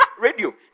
radio